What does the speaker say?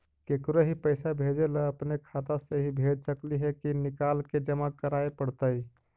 केकरो ही पैसा भेजे ल अपने खाता से ही भेज सकली हे की निकाल के जमा कराए पड़तइ?